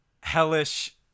hellish